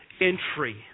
entry